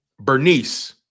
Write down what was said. Bernice